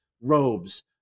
robes